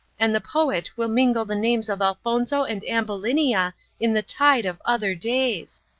and the poet will mingle the names of elfonzo and ambulinia in the tide of other days.